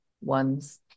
ones